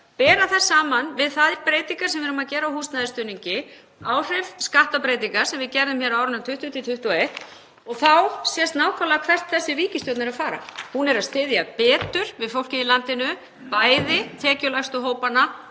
bera þær saman við þær breytingar sem við erum að gera á húsnæðisstuðningi, áhrif skattbreytinga sem við gerðum á árunum 2020–2021. Þá sést nákvæmlega hvert þessi ríkisstjórn er að fara. Hún er að styðja betur við fólkið í landinu, bæði tekjulægstu hópana